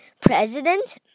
president